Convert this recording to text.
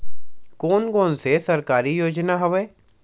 कोन कोन से सरकारी योजना हवय?